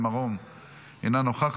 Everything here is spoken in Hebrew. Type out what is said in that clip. אינו נוכח,